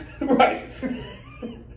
Right